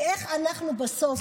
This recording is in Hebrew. כי איך אנחנו בסוף נבין,